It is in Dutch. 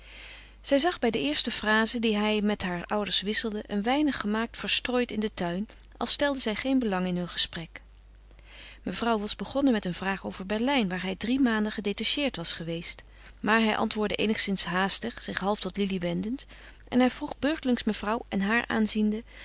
zij zag bij de eerste frazen die hij met haar ouders wisselde een weinig gemaakt verstrooid in den tuin als stelde zij geen belang in hun gesprek mevrouw was begonnen met een vraag over berlijn waar hij drie maanden gedetacheerd was geweest maar hij antwoordde eenigszins haastig zich half tot lili wendend en hij vroeg beurtelings mevrouw en haar aanziende